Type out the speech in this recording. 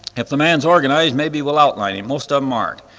if the man's organized maybe we'll outline him most of them aren't.